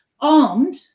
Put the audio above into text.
armed